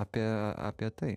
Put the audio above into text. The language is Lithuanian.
apie apie tai